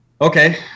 Okay